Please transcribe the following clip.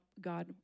God